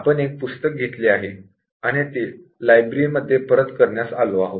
आपण एक पुस्तक घेतले आणि आपण ते लायब्ररी मध्ये परत करण्यास आलो आहोत